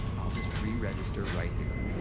i'll just re-register right here.